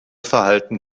verhalten